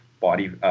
body